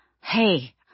hey